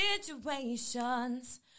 situations